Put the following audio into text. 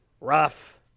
rough